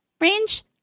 range